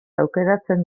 aukeratzen